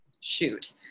shoot